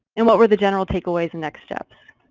and what were the general take aways and next steps?